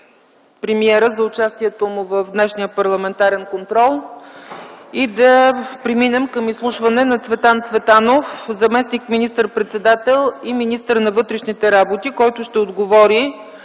премиера за участието му в днешния парламентарен контрол. Преминаваме към изслушване на Цветан Цветанов – заместник министър-председател и министър на вътрешните работи, който ще отговори